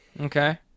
Okay